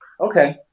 Okay